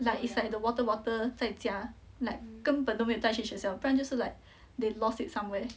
like it's like the water bottle 在家 like 根本都没有带去学校不然就是 like they lost it somewhere